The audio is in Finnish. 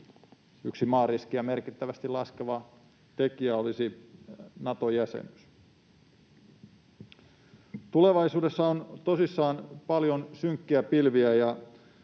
yksi maariskiä merkittävästi laskeva tekijä olisi Nato-jäsenyys. Tulevaisuudessa on tosissaan paljon synkkiä pilviä,